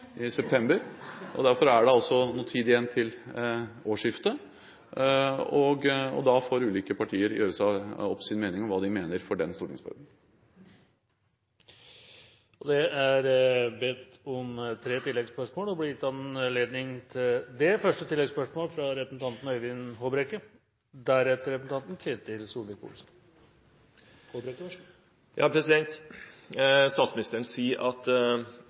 i september – starter også en ny stortingsperiode, og derfor er det tid igjen til årsskiftet. Da får ulike partier gjøre seg opp sin mening om hva de mener for den stortingsperioden. Det blir tre oppfølgingsspørsmål – første spørsmål er fra Øyvind Håbrekke. Statsministeren sier at